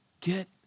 Get